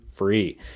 Free